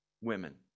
women